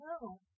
No